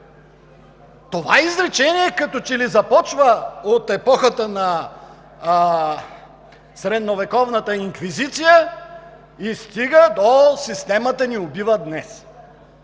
Това изречение като че ли започва от епохата на средновековната инквизиция и стига до „Системата ни убива“ днес.